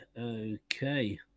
Okay